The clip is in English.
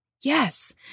Yes